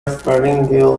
pharyngeal